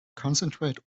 concentrate